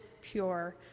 pure